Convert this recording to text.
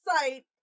sight